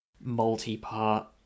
multi-part